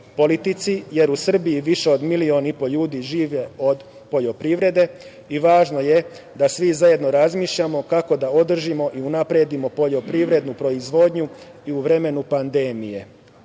politici, jer u Srbiji više od milion i po ljudi žive od poljoprivrede i važno je da svi zajedno razmišljamo kako da održimo i unapredimo poljoprivrednu proizvodnju i u vremenu pandemije. Jedna